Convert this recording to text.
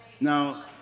Now